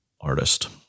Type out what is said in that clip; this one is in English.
artist